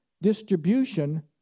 distribution